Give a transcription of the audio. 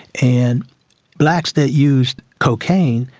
and blacks that used cocaine,